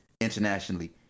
internationally